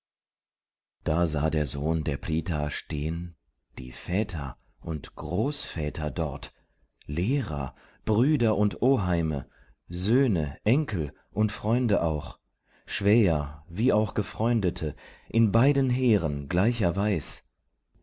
da sah der sohn der prith stehn die väter und großväter dort lehrer brüder und oheime söhne enkel und freunde auch schwäher wie auch gefreundete in beiden heeren